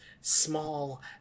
small